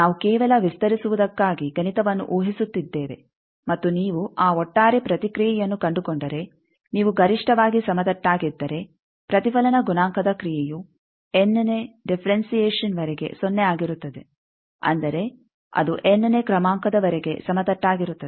ನಾವು ಕೇವಲ ವಿಸ್ತರಿಸುವುದಕ್ಕಾಗಿ ಗಣಿತವನ್ನು ಊಹಿಸುತ್ತಿದ್ದೇವೆ ಮತ್ತು ನೀವು ಆ ಒಟ್ಟಾರೆ ಪ್ರತಿಕ್ರಿಯೆಯನ್ನು ಕಂಡುಕೊಂಡರೆ ನೀವು ಗರಿಷ್ಟವಾಗಿ ಸಮತಟ್ಟಾಗಿದ್ದರೆ ಪ್ರತಿಫಲನ ಗುಣಾಂಕದ ಕ್ರಿಯೆಯು ಎನ್ನೇ ಡಿಫೆರೆಂಸಿಯೇಶನ್ವರೆಗೆ ಸೊನ್ನೆ ಆಗಿರುತ್ತದೆ ಅಂದರೆ ಅದು ಎನ್ನೇ ಕ್ರಮಾಂಕದವರೆಗೆ ಸಮತಟ್ಟಾಗಿರುತ್ತದೆ